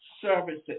services